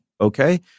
Okay